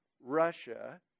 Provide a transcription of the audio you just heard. Russia